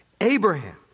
Abraham